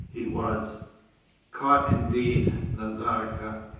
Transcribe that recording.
he was caught indeed nazarka,